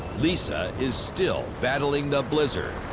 lisa is still battling the blizzard.